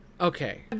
Okay